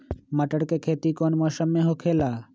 मटर के खेती कौन मौसम में होखेला?